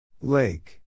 Lake